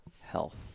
health